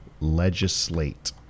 legislate